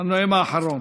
הנואם האחרון.